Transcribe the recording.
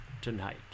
tonight